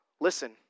listen